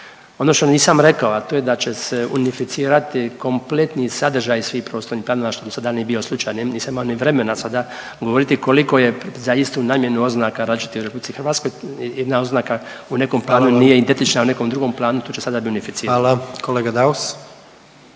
Ono što nisam rekao, a to je da će se unificirati kompletni sadržaj svih prostornih planova što dosada nije bio slučaj. Nisam imamo ni vremena sada govoriti koliko je za istu namjenu oznaka različitih u RH. Jedna oznaka u nekom planu …/Upadica: Hvala vam./… nije identična u nekom drugom planu, to će sada biti unificirano. **Jandroković,